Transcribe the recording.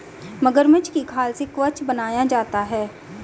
मगरमच्छ की खाल से कवच बनाया जाता है